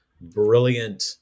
brilliant